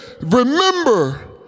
remember